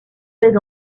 baies